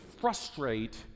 frustrate